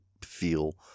feel